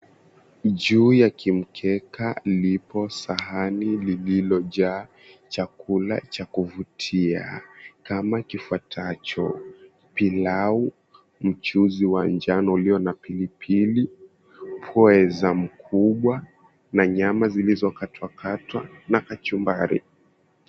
Juu ya ki mkeka lipo sahani lililojaa chakula cha kuvutia kama kifuatacho, pilau, mchuzi wa njano ulio na pilipili, pweza mkubwa na nyama zilizokatwa katwa na kachumbari.